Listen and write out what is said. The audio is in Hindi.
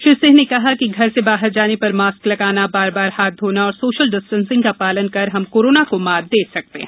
श्री सिंह ने कहा कि घर से बाहर जाने पर मास्क लगाना बार बार हाथ धोना और सोशल डिस्टेंसिंग का पालन कर हम कोरोना को मात दे सकते हैं